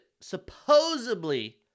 Supposedly